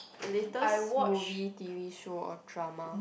latest movie t_v show or drama